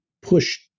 push